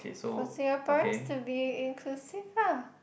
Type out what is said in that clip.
for Singaporeans to be inclusive lah